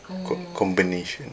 good combination